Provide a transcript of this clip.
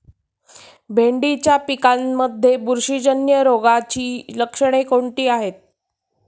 भेंडीच्या पिकांमध्ये बुरशीजन्य रोगाची लक्षणे कोणती आहेत?